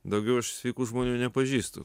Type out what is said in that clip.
daugiau aš sveikų žmonių nepažįstu